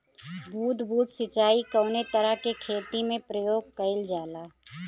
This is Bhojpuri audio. बूंद बूंद सिंचाई कवने तरह के खेती में प्रयोग कइलजाला?